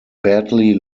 badly